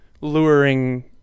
luring